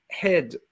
head